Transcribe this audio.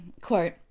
quote